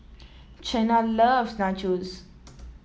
Chyna loves Nachos